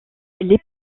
les